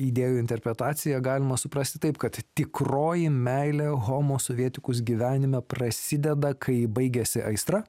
idėjų interpretacija galima suprasti taip kad tikroji meilė homo sovietikus gyvenime prasideda kai baigiasi aistra